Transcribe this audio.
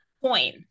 Coin